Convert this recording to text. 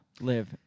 live